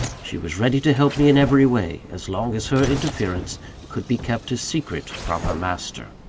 she was ready to help me in every way, as long as her interference could be kept a secret from her master.